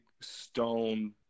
stone